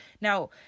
now